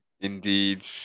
Indeed